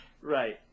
Right